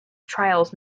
trials